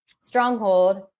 stronghold